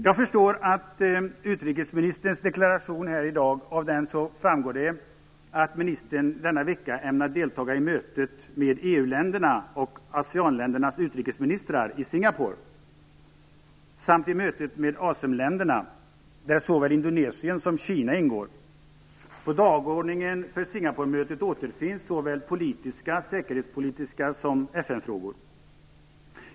Jag förstår av utrikesministerns deklaration här i dag att hon denna vecka ämnar delta i mötet med EU Singapore samt i mötet med ASEM-länderna där såväl Indonesien som Kina ingår. På dagordningen för Singaporemötet återfinns såväl politiska, säkerhetspolitiska som FN-frågor.